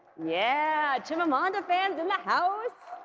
yeah, chimamanda fans in the house!